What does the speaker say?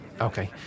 Okay